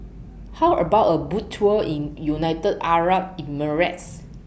How about A Boat Tour in United Arab Emirates